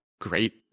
great